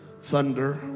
thunder